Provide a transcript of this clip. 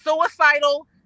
suicidal